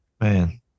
man